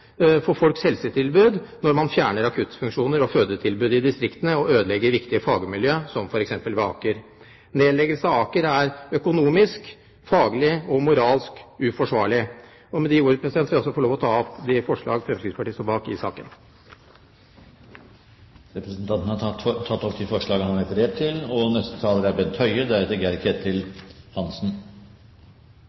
for folks helsetilbud ved å fjerne akuttfunksjoner og fødetilbud i distriktene og ødelegge viktige fagmiljøer, som f.eks. ved Aker. Nedleggelse av Aker er økonomisk, faglig og moralsk uforsvarlig. Med disse ord vil jeg også ta opp forslaget som Fremskrittspartiet og Kristelig Folkeparti står bak i innstillingen. Representanten Per Arne Olsen har tatt opp det forslaget han refererte til.